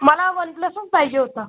मला वन प्लसच पाहिजे होता